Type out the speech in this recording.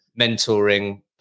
mentoring